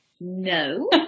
no